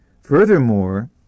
Furthermore